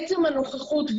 עצם הנוכחות,